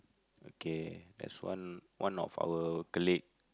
okay there's one one of our colleague